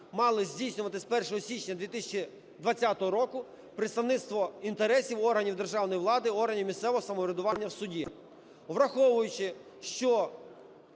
мали здійснювати з 1 січня 2020 року представництво інтересів органів державної влади, органів місцевого самоврядування в суді. Враховуючи, що